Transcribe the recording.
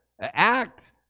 act